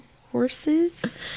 horses